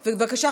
בבקשה,